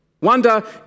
Wonder